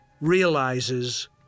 realizes